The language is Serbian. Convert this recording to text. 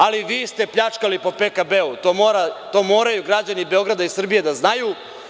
Ali, vi ste pljačkali po PKB-u, to moraju građani Beograda i Srbije da znaju.